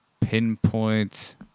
pinpoint